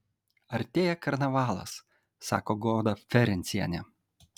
artėja karnavalas sako goda ferencienė